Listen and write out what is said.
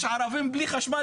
יש ערבים בלי חשמל,